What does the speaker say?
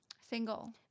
Single